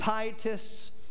pietists